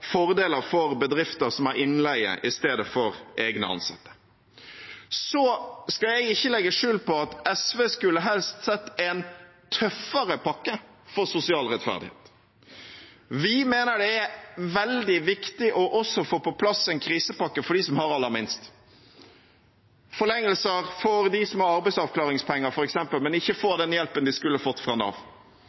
fordeler for bedrifter som har innleie i stedet for egne ansatte. Jeg skal ikke legge skjul på at SV helst skulle sett en tøffere pakke for sosial rettferdighet. Vi mener det er veldig viktig også å få på plass en krisepakke for dem som har aller minst, forlengelser for dem som har arbeidsavklaringspenger, f.eks., men ikke får den hjelpen de skulle fått fra Nav,